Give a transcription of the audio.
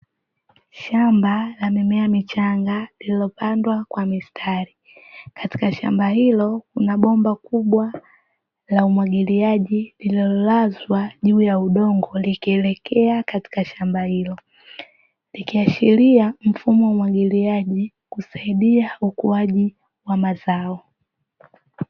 Shamba la mimea michanga lililopandwa kwa mistari, katika shamba hilo kuna bomba kubwa la umwagiliaji lililolazwa juu ya udongo likielekea katika shamba hilo; likiashiria mfumo wa umwagiliaji kusaidia ukuaji wa mazao.